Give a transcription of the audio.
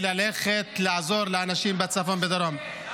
וללכת לעזור לאנשים בצפון ובדרום.